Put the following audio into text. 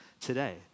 today